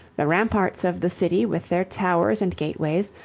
the ramparts of the city with their towers and gateways,